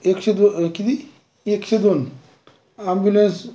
ये एकशे दो किती एकशे दोन ॲम्ब्युलेनस